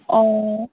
অঁ